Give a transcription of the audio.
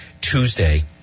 Tuesday